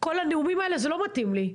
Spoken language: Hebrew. כל הנאומים האלה זה לא מתאים לי.